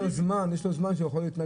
יש לו זמן שהוא יכול להתנגד.